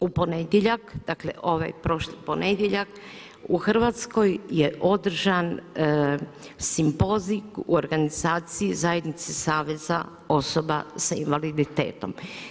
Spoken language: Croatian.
U ponedjeljak, dakle ovaj prošli ponedjeljak u Hrvatskoj je održan simpozij u organizaciji zajednici Saveza osoba s invaliditetom.